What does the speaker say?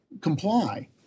comply